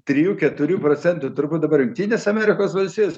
trijų keturių procentų turbūt dabar jungtinės amerikos valstijos